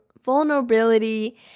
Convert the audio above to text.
vulnerability